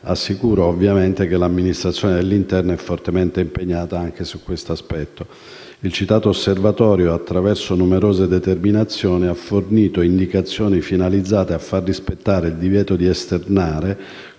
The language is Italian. assicuro ovviamente che l'Amministrazione dell'interno è fortemente impegnata anche su questo aspetto. Il citato Osservatorio, attraverso numerose determinazioni, ha fornito indicazioni finalizzate a far rispettare il divieto di esternare